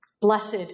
Blessed